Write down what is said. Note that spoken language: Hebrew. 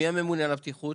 מי ממונה על הבטיחות